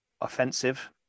offensive